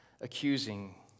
Accusing